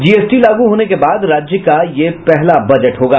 GST लागू होने के बाद राज्य का यह पहला बजट होगा